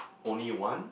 only one